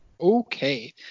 Okay